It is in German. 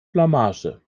blamage